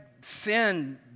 sin